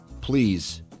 Please